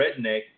redneck